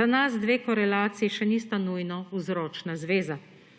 Za nas dve korelaciji še nista nujno vzročna zveza.